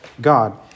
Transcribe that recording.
God